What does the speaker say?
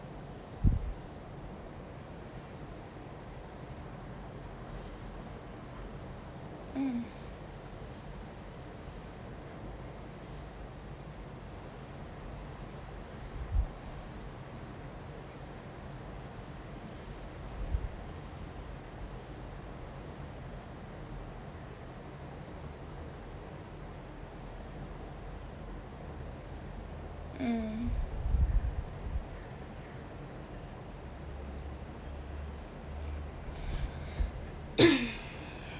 mm mm